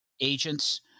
agents